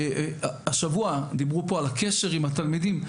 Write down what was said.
השבוע דיברו פה על הקשר עם התלמידים.